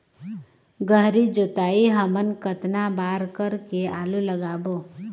गहरी जोताई हमन कतना बार कर के आलू लगाबो?